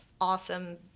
awesome